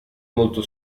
molto